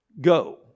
go